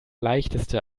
leichteste